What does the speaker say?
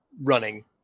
running